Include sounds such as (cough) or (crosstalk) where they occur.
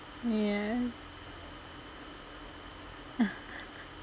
ya (laughs)